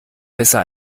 besser